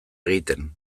egiten